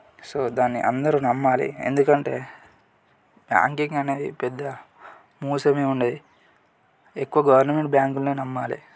so దాన్ని అందరూ నమ్మాలి ఎందుకంటే బ్యాంకింగ్ అనేది పెద్ద మోసమే ఉండదు ఎక్కువగా గవర్నమెంట్ బ్యాంకులనే నమ్మాలి